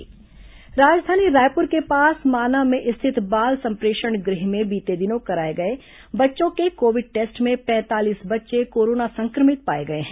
माना बाल संप्रेषण गृह राजधानी रायपुर के पास माना में स्थित बाल संप्रेषण गृह में बीते दिनों कराए गए बच्चों के कोविड टेस्ट में पैंतालीस बच्चे कोरोना संक्रमित पाए गए हैं